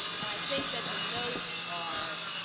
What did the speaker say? and, i think that the notes are